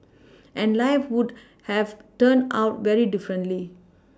and life would have turned out very differently